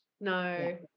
No